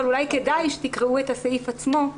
ואולי כדאי שתקראו את הסעיף עצמו.